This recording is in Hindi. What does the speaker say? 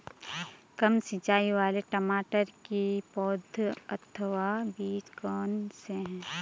कम सिंचाई वाले टमाटर की पौध अथवा बीज कौन से हैं?